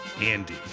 Andy